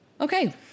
Okay